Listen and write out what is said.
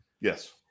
Yes